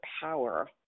power